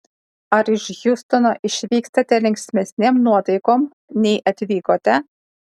ar iš hjustono išvykstate linksmesnėm nuotaikom nei atvykote